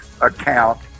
account